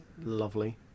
lovely